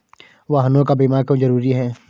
वाहनों का बीमा क्यो जरूरी है?